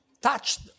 touched